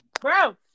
Bro